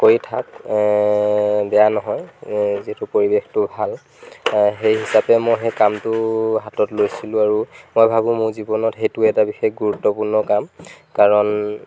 কৰি থাক বেয়া নহয় যিহেতু পৰিৱেশটো ভাল সেই হিচাপে মই সেই কামটো হাতত লৈছিলোঁ আৰু মই ভাবোঁ মোৰ জীৱনত সেইটো এটা বিশেষ গুৰুত্বপূৰ্ণ কাম কাৰণ